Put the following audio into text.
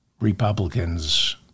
Republicans